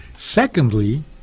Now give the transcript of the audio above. Secondly